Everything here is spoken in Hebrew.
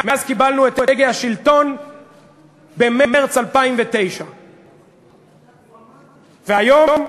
מאז קיבלנו את הגה השלטון במרס 2009. והיום,